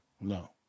no